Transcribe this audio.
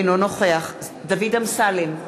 אינו נוכח דוד אמסלם,